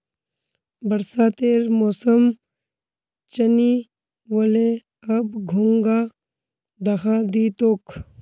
बरसातेर मौसम चनइ व ले, अब घोंघा दखा दी तोक